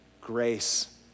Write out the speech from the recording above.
grace